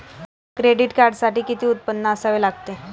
Credit कार्डसाठी किती उत्पन्न असावे लागते?